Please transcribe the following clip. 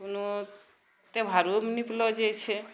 कओनो त्यौहारोमे निपलो जाइत छै